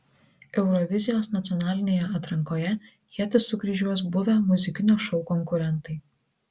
eurovizijos nacionalinėje atrankoje ietis sukryžiuos buvę muzikinio šou konkurentai